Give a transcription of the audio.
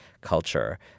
culture